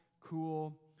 cool